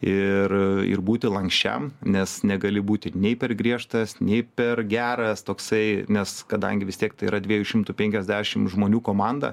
ir ir būti lanksčiam nes negali būti nei per griežtas nei per geras toksai nes kadangi vis tiek tai yra dviejų šimtų penkiasdešimt žmonių komanda